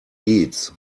deeds